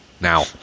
now